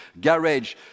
garage